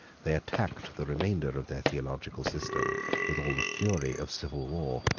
they attacked the remainder of their theological system with all the fury of civil war.